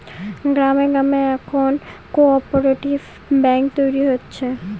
গ্রামে গ্রামে এখন কোঅপ্যারেটিভ ব্যাঙ্ক তৈরী হচ্ছে